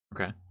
Okay